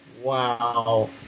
wow